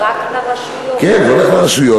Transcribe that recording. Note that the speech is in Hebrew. כן, זה הולך לרשויות.